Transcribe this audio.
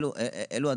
אלו הדברים.